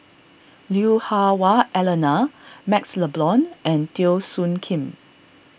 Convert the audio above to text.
Liu Hah Wah Elena MaxLe Blond and Teo Soon Kim